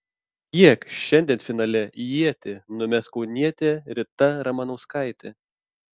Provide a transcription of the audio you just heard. kiek šiandien finale ietį numes kaunietė rita ramanauskaitė